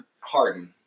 Harden